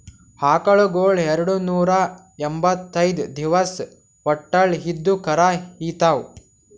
ಆಕಳಗೊಳ್ ಎರಡನೂರಾ ಎಂಭತ್ತೈದ್ ದಿವಸ್ ಹೊಟ್ಟಲ್ ಇದ್ದು ಕರಾ ಈತಾವ್